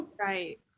Right